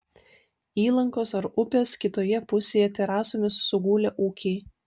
įlankos ar upės kitoje pusėje terasomis sugulę ūkiai